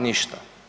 Ništa.